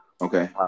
Okay